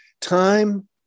Time